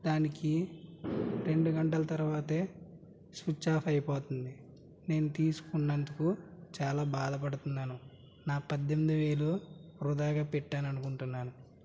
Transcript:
దానికి రెండు గంటల తర్వాతే స్విచ్ ఆఫ్ అయిపోతుంది నేను తీసుకున్నందుకు చాలా బాధపడుతున్నాను నా పద్దెనిమిది వేలు వృధాగా పెట్టానని అనుకుంటున్నాను